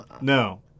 No